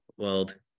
world